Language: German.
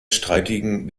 streitigen